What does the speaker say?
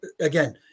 again